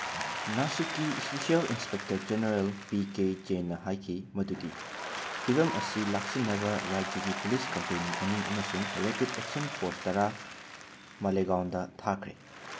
ꯅꯥꯁꯤꯛꯀꯤ special inspector general P K ꯖꯦꯟꯅ ꯍꯥꯏꯈꯤ ꯃꯗꯨꯗꯤ ꯐꯤꯚꯝ ꯑꯁꯤ ꯂꯥꯛꯁꯤꯟꯅꯕ ꯔꯥꯖ꯭ꯌꯒꯤ ꯄꯨꯂꯤꯁ ꯀꯦꯝꯄꯦꯅꯤ ꯑꯅꯤ ꯑꯃꯁꯨꯡ ꯔꯦꯄꯤꯠ ꯑꯦꯛꯁꯟ ꯐꯣꯔꯁ ꯇꯔꯥ ꯃꯥꯂꯦꯒꯥꯎꯟꯗ ꯊꯥꯈ꯭ꯔꯦ